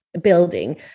building